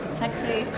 sexy